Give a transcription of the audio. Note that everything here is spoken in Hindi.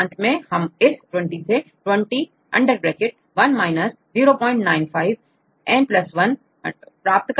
अंत में हम इस 20 से 20 1 095n 1प्राप्त कर सकते हैं